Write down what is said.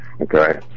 okay